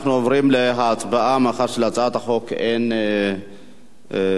אנחנו עוברים להצבעה מאחר שלהצעת החוק אין הסתייגויות.